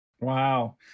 wow